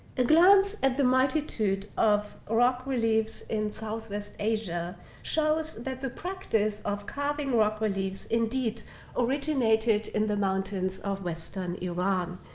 a glance at the multitude of rock reliefs in southwest asia shows that the practice of carving rock reliefs indeed originated in the mountains of western iran.